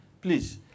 please